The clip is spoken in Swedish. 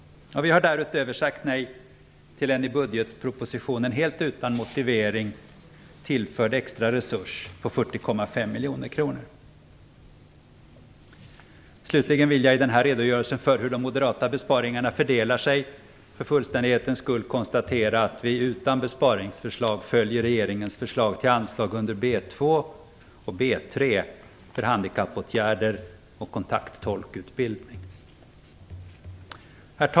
Vi har därutöver sagt nej till en i budgetpropositionen helt utan motivering tillförd extra resurs på Slutligen vill jag i denna redogörelse för hur de moderata besparingarna fördelar sig för fullständighetens skull konstatera att vi utan besparingsförslag följer regeringens förslag till anslag under B2 och B3 Herr talman!